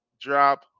drop